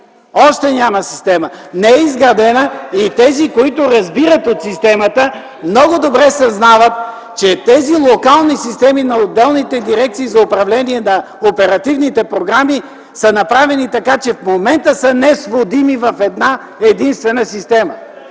Още няма система, не е изградена. И тези, които разбират от системата, много добре съзнават, че тези локални системи на отделните дирекции за управление на оперативните програми са направени така, че в момента са несводими в една-единствена система.